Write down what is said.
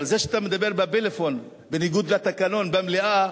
אבל זה שאתה מדבר בפלאפון בניגוד לתקנון, במליאה,